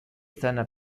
seiner